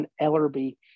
Ellerby